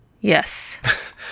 Yes